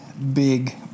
Big